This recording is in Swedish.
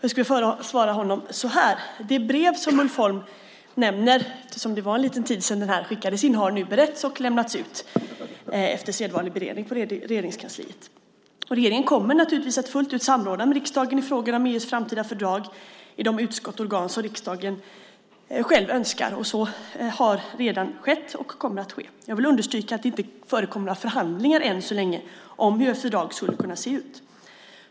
Jag vill svara honom så här: Det brev som Ulf Holm nämner - det var ju en tid sedan interpellationen lämnades in - har nu lämnats ut efter sedvanlig beredning i Regeringskansliet. Regeringen kommer naturligtvis att fullt ut samråda med riksdagen i frågor om EU:s framtida fördrag i de utskott och organ som riksdagen själv önskar. Så har redan skett och kommer att ske. Jag vill understryka att det inte har förekommit några förhandlingar än så länge om hur ett fördrag skulle kunna se ut.